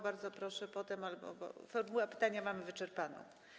Bardzo proszę potem, bo formułę pytania mamy wyczerpaną.